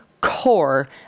core